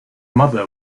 mother